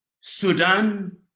Sudan